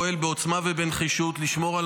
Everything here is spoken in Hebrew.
המשרד פועל בעוצמה ובנחישות לשמור על